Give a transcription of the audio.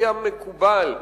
היא המקובל,